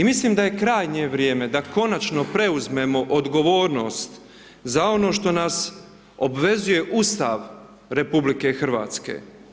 I mislim da je krajnje vrijeme da konačno preuzmemo odgovornost za ono što nas obvezuje Ustav Republike Hrvatske.